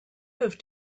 have